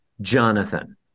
Jonathan